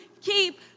keep